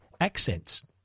accents